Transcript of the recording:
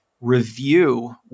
review